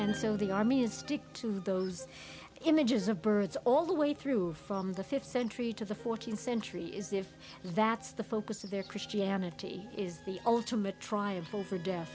and so the army is stick to those images of birds all the way through from the th century to the th century is if that's the focus of their christianity is the ultimate triumph over death